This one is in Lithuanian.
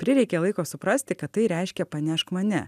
prireikė laiko suprasti kad tai reiškia pranešk mane